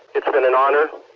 it's been an honor.